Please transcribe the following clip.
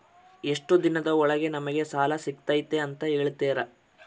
ಎಷ್ಟು ದಿನದ ಒಳಗೆ ನಮಗೆ ಸಾಲ ಸಿಗ್ತೈತೆ ಅಂತ ಹೇಳ್ತೇರಾ?